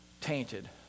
tainted